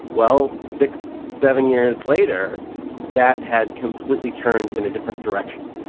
well six seven years later that had completely turned in a different direction.